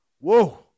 Whoa